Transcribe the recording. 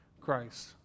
christ